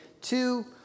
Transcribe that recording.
Two